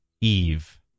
Eve